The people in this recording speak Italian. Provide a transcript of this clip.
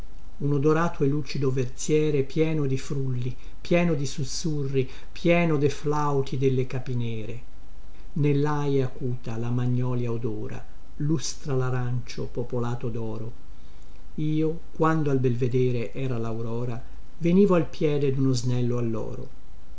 un odorato e lucido verziere pieno di frulli pieno di sussurri pieno de flauti delle capinere nellaie acuta la magnolia odora lustra larancio popolato doro io quando al belvedere era laurora venivo al piede duno snello alloro